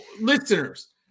listeners